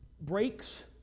breaks